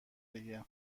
دیگه